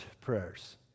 prayers